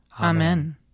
Amen